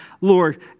Lord